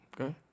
Okay